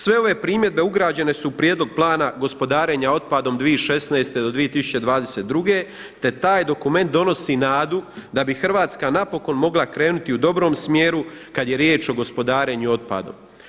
Sve ove primjedbe ugrađene su u Prijedlog plana gospodarenja otpadom 2016.-2022., te taj dokument donosi nadu da bi Hrvatska napokon mogla krenuti u dobrom smjeru kada je riječ o gospodarenju otpadom.